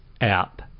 app